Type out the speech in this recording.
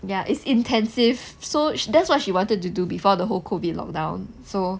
ya it's intensive so that's what she wanted to do before the whole COVID lockdown so